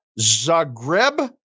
Zagreb